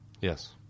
Yes